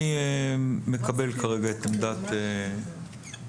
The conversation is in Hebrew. אני מקבל כרגע את עמדת עידו.